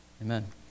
Amen